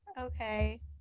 Okay